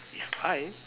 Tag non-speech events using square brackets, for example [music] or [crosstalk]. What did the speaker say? [noise] hi